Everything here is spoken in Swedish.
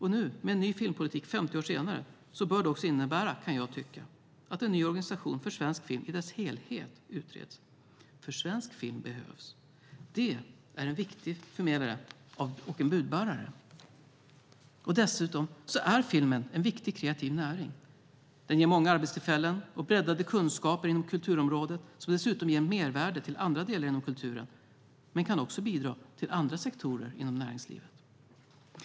En ny filmpolitik 50 år senare bör också innebära, kan jag tycka, att en ny organisation för svensk film i dess helhet utreds. För svensk film behövs! Den är en viktig förmedlare och budbärare. Dessutom är filmen en viktig kreativ näring. Den ger många arbetstillfällen och breddade kunskaper inom kulturområdet, vilket dessutom ger mervärden till andra delar inom kulturen men också bidrar till andra sektorer inom näringslivet.